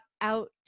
out